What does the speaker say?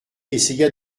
essaya